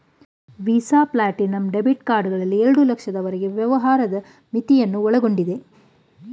visa platinum debit card ನಲ್ಲಿ ಎರಡು ಲಕ್ಷದವರೆಗೆ ವ್ಯವಹಾರದ ಮಿತಿಯನ್ನು ಒಳಗೊಂಡಿದೆ